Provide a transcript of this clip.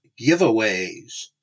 giveaways